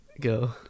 go